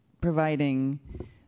providing